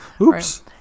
Oops